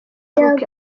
facebook